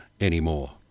anymore